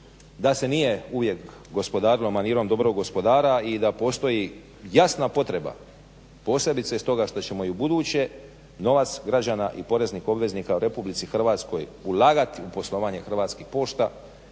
da se nije uvijek gospodarilo manirom dobrog gospodara i da postoji jasna potreba, posebice stoga što ćemo i ubuduće novac građana i poreznih obveznika u Republici Hrvatskoj ulagati u poslovanje Hrvatskih pošta